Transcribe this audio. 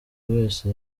wese